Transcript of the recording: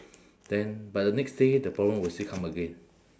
then but the next day the problem will still come again